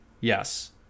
yes